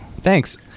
Thanks